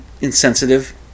insensitive